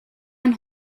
man